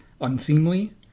unseemly